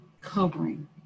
covering